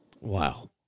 Wow